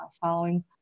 following